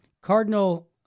Cardinal